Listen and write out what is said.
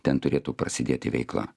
ten turėtų prasidėti veikla